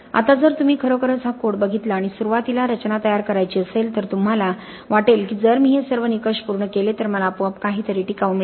आता जर तुम्ही खरोखरच हा कोड बघितला आणि सुरुवातीला रचना तयार करायची असेल तर तुम्हाला वाटेल की जर मी हे सर्व निकष पूर्ण केले तर मला आपोआप काहीतरी टिकाऊ मिळेल